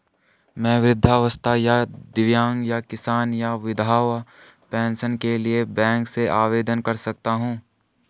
मैं वृद्धावस्था या दिव्यांग या किसान या विधवा पेंशन के लिए बैंक से आवेदन कर सकता हूँ?